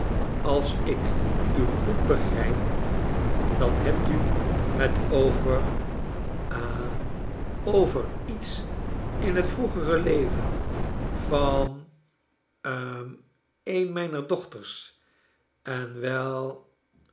als ik u goed begrijp dan hebt u het over ha over iets in het vroegere leven van hm een mijner dochters en wel